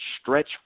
stretch